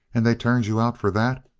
and they turned you out for that?